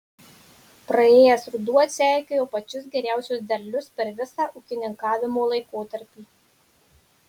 praėjęs ruduo atseikėjo pačius geriausius derlius per visą ūkininkavimo laikotarpį